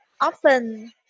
often